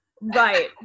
Right